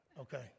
okay